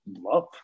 love